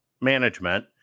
management